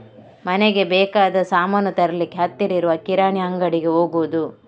ಮನೆಗೆ ಬೇಕಾದ ಸಾಮಾನು ತರ್ಲಿಕ್ಕೆ ಹತ್ತಿರ ಇರುವ ಕಿರಾಣಿ ಅಂಗಡಿಗೆ ಹೋಗುದು